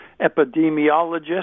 epidemiologist